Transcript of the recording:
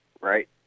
Right